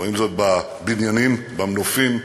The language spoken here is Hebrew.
רואים זאת בבניינים, במנופים,